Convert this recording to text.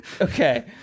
Okay